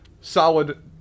Solid